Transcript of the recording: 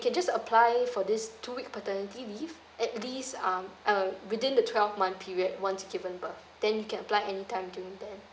can just apply for this two week paternity leave at least um uh within the twelve month period once given birth then you can apply any time during then